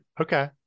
Okay